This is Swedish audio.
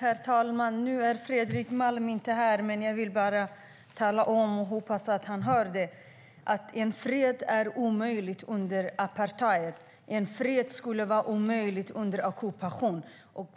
Herr talman! Nu är Fredrik Malm inte närvarande i kammaren, men jag hoppas att han hör det jag vill säga, att fred är omöjligt under apartheid och fred skulle vara omöjligt under ockupation.